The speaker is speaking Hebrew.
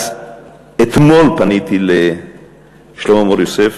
אז אתמול פניתי לשלמה מור-יוסף,